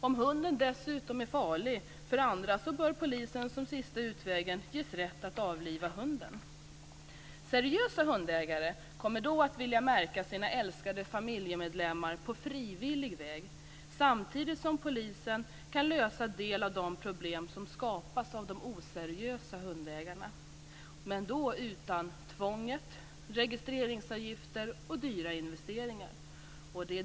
Om hunden dessutom är farlig för andra bör polisen som en sista utväg ges rätt att avliva hunden. Seriösa hundägare kommer då att vilja märka sina älskade familjemedlemmar på frivillig väg, samtidigt som polisen kan lösa en del av de problem som skapas av de oseriösa hundägarna men då utan tvång, registreringsavgifter och dyra investeringar.